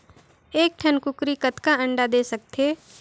एक ठन कूकरी कतका अंडा दे सकथे?